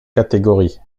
catégorie